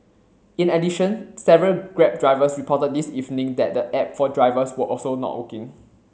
in addition several Grab drivers reported this evening that the app for drivers were also not working